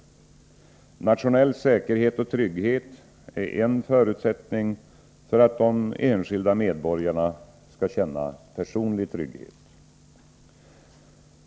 Nationell säkerhet och trygghet är en förutsättning för att de enskilda medborgarna skall känna personlig trygghet.